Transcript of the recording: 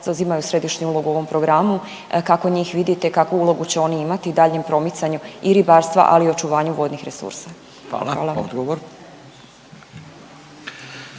zauzimaju središnju ulogu u ovom programu, kako njih vidite, kakvu ulogu će oni imati u daljnjem promicanju i ribarstva, ali i u očuvanju vodnih resursa? **Radin,